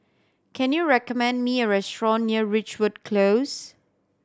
can you recommend me a restaurant near Ridgewood Close